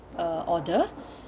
uh order